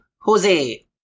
Jose